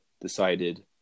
decided